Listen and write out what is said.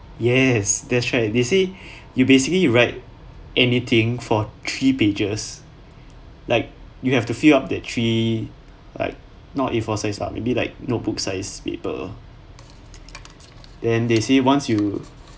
yes that's right they say you basically write anything for three pages like you have to fill up that three like not a four size lah maybe like note book size paper then they say once you